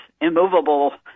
immovable